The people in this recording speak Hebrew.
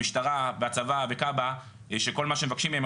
המשטרה והצבא וקב"א שכל מה שמבקשים מהם,